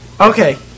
Okay